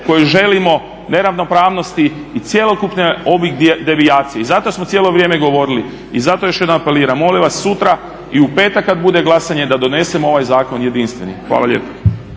koje želimo, neravnopravnosti i cjelokupne ove devijacije? I zato smo cijelo vrijeme govorili i zato još jednom apeliram molim vas sutra i u petak kad bude glasanje da donesemo ovaj zakon jedinstveni. Hvala lijepa.